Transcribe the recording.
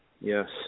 Yes